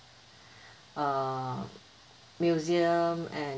uh museum and